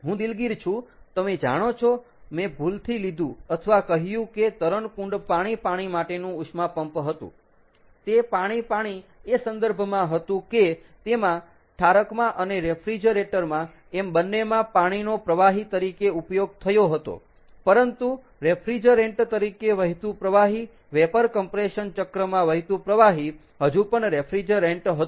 હું દિલગીર છું તમે જાણો છો મેં ભૂલથી લીધું અથવા કહ્યું કે તરણકુંડ પાણી પાણી માટેનું ઉષ્મા પંપ હતું તે પાણી પાણી એ સંદર્ભમાં હતું કે તેમાં ઠારકમાં અને રેફ્રીજરેટર માં એમ બંનેમાં પાણીનો પ્રવાહી તરીકે ઉપયોગ થયો હતો પરંતુ રેફ્રીજરેન્ટ તરીકે વહેતું પ્રવાહી વેપર કમ્પ્રેશન ચક્રમાં વહેતું પ્રવાહી હજુ પણ રેફ્રીજરેન્ટ હતું